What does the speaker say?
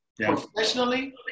professionally